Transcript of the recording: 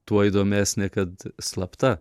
tuo įdomesnė kad slapta